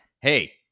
Hey